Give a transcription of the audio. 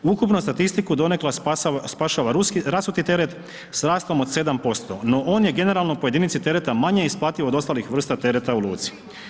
Ukupnu statistiku donekle spašava rasuti teret s rastom od 7%, no on je generalno po jedinici tereta manje isplativ od ostalih vrsta tereta u luci.